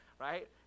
right